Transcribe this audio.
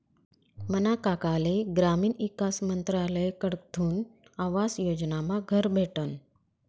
मना काकाले ग्रामीण ईकास मंत्रालयकडथून आवास योजनामा घर भेटनं